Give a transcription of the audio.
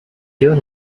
you